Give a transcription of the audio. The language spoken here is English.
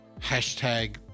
hashtag